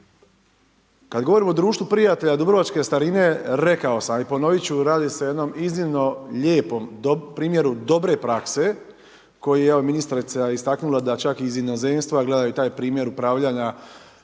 Kada govorimo o društvu prijatelja dubrovačke starine, rekao sam i ponoviti ću, radi se o jednom iznimno lijepom primjeru dobre prakse, koje je ministrica istaknula, da čak iz inozemstva, gledaju taj primjer upravljanja